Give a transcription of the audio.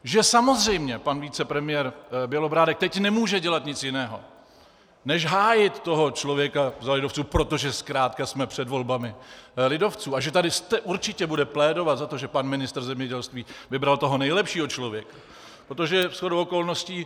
Že samozřejmě pan vicepremiér Bělobrádek teď nemůže dělat nic jiného než hájit toho člověka z lidovců, protože zkrátka jsme před volbami lidovců, a že tady určitě bude plédovat za to, že pan ministr zemědělství vybral toho nejlepšího člověka, protože shodou okolností...